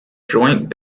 joint